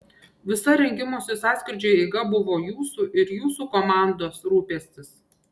visa rengimosi sąskrydžiui eiga buvo jūsų ir jūsų komandos rūpestis